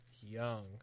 Young